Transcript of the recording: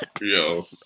Yo